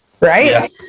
right